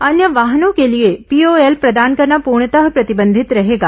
अन्य वाहनों के लिए पीओएल प्रदान करना पूर्णतः प्रतिबंधित रहेगा